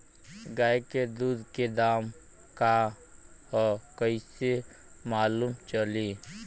गाय के दूध के दाम का ह कइसे मालूम चली?